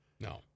No